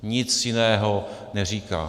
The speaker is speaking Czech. Nic jiného neříká.